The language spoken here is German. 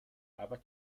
aber